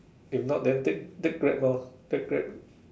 if not then take take Grab lor take Grab